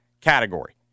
category